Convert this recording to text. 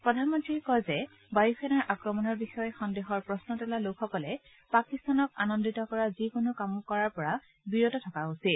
প্ৰধানমন্ত্ৰীয়ে কয় যে বায়ুসেনাৰ আক্ৰমণৰ বিষয়ে সন্দেহৰ প্ৰশ্ন তোলা লোকসকলে পাকিস্তানক আনন্দিত কৰা যিকোনো কাম কৰাৰ পৰা বিৰত থকা উচিত